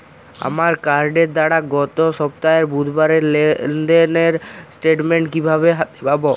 আমার কার্ডের দ্বারা গত সপ্তাহের বুধবারের লেনদেনের স্টেটমেন্ট কীভাবে হাতে পাব?